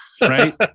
right